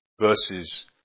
verses